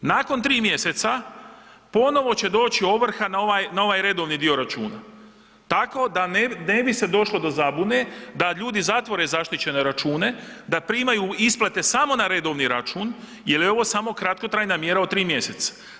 Nakon 3 mjeseca ponovno će doći ovrha na ovaj redovni dio računa tako da ne bi se došlo do zabune da ljudi zatvore zaštićene račune, da primaju isplate samo na redovni račun jer je ovo samo kratkotrajna mjera od 3 mjeseca.